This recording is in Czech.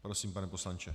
Prosím, pane poslanče.